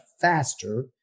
faster